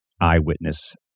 eyewitness